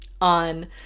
on